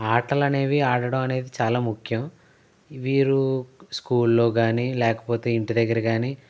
ఆటలనేవి ఆడడం అనేది చాలా ముఖ్యం వీరు స్కూల్ లో కాని లేకపోతే ఇంటి దగ్గర కాని